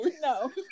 No